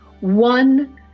one